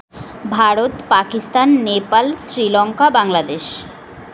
Bharat Pakistan Nepal Sri Lanka Bangladesh